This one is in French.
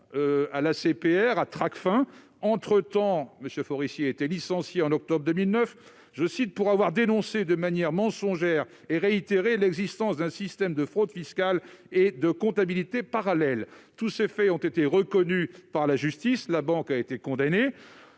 financiers clandestins). Entre-temps, M. Forissier a été licencié en octobre 2009 pour « avoir dénoncé de manière mensongère et réitérée l'existence d'un système de fraude fiscale et de comptabilité parallèle ». Tous ces faits ont été reconnus par la justice et la banque a été condamnée